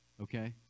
okay